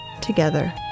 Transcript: together